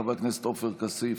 חבר הכנסת עופר כסיף,